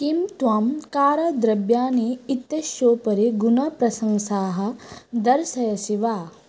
किं त्वं कार् द्रव्याणि इत्यस्योपरि गुणप्रशंसाः दर्शयसि वा